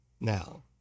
Now